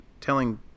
telling